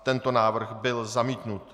Tento návrh byl zamítnut.